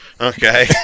Okay